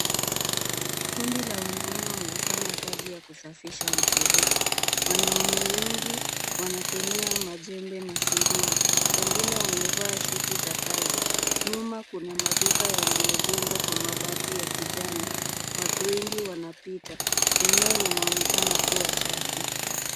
Kundi la wanaume wanafanya kazi ya kusafisha mfereji. Wanaume wengi, wanatumia majembe na sururu. Wengine wamevaa suti za kazi. Nyuma kuna maduka yaliyojengwa kwa mabati ya kijani. Watu wengi wanapita. Eneo linaonekana kuwa chafu.